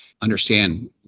understand